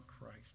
Christ